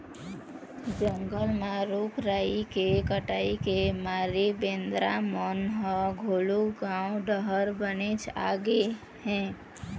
जंगल म रूख राई के कटई के मारे बेंदरा मन ह घलोक गाँव डहर बनेच आगे हे